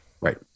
Right